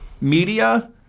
Media